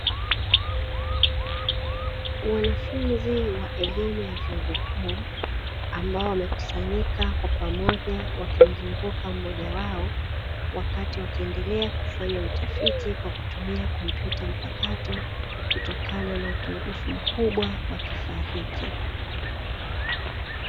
Wanafunzi wa elimu ya vyuo vikuu, ambao wamekusanyika kwa pamoja wakimzunguka mmoja wao, wakati wakiendelea kufanya utafiti kwa kutumia kompyuta mpakato kutokana na upungufu mkubwa wa kifaa hiki.